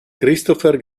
christopher